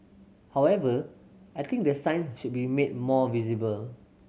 however I think the signs should be made more visible